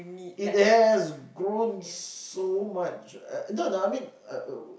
it has grown so much no no I mean uh uh